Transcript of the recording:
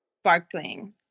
Sparkling